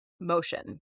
motion